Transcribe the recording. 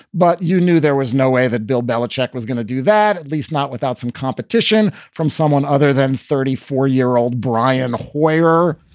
but you knew there was no way that bill belichick was gonna do that, at least not without some competition from someone other than thirty four year old brian hoyer,